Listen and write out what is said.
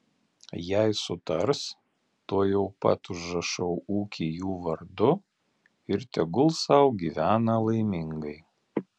jei sutars tuojau pat užrašau ūkį jų vardu ir tegul sau gyvena laimingai